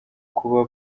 kuba